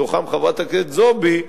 ובתוכם חברת הכנסת זועבי,